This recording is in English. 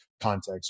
context